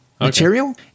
material